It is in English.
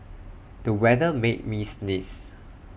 the weather made me sneeze